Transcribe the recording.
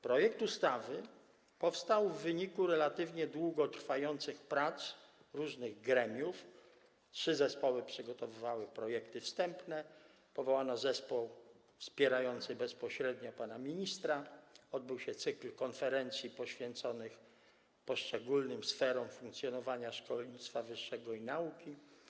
Projekt ustawy powstał w wyniku relatywnie długo trwających prac różnych gremiów: trzy zespoły przygotowywały projekty wstępne, powołano zespół wspierający bezpośrednio pana ministra, odbył się cykl konferencji poświęconych poszczególnym sferom funkcjonowania szkolnictwa wyższego i nauki.